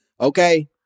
Okay